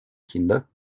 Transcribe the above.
kinder